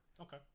okay